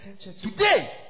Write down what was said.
Today